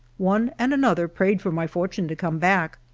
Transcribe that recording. one and another prayed for my fortune to come back.